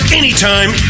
anytime